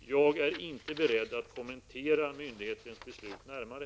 Jag är inte beredd att kommentera myndighetens beslut närmare.